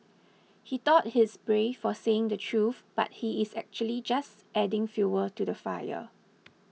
he thought he's brave for saying the truth but he's actually just adding fuel to the fire